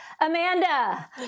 Amanda